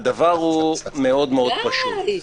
והדבר הוא מאוד מאוד פשוט.